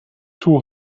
two